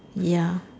ya